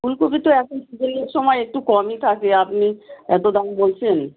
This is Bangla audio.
ফুলকপি তো এখন সিজনের সময় একটু কমই থাকে আপনি এত দাম বলছেন